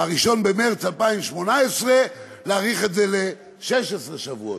ב-1 במרס 2018, להאריך את זה ל-16 שבועות.